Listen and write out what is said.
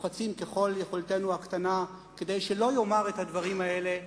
לוחצים ככל יכולתנו הקטנה כדי שלא יאמר את הדברים האלה,